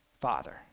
Father